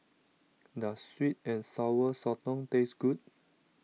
does Sweet and Sour Sotong taste good